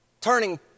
turning